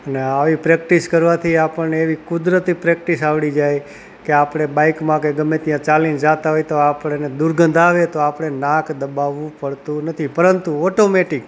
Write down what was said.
અને આવી પ્રેક્ટિસ કરવાથી આપણને એવી કુદરતી પ્રેક્ટિસ આવડી જાય કે આપણે બાઈકમાં કે ગમે ત્યાં ચાલીને જતા હોઇએ તો આપણે એને દુર્ગંધ આવે તો આપણે નાક દબાવવું પડતું નથી પરંતુ ઓટોમેટિક